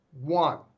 One